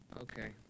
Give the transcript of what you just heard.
Okay